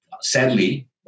sadly